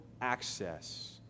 access